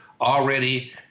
already